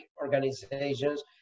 organizations